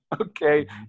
Okay